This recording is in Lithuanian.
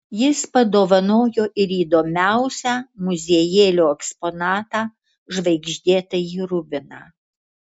jis padovanojo ir įdomiausią muziejėlio eksponatą žvaigždėtąjį rubiną